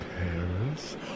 Paris